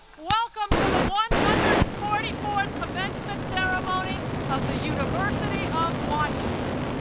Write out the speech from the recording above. welcome to the one hundred and forty-forth commencement ceremony of the university of washington.